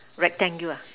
rectangular